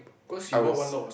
I was